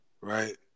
Right